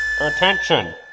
attention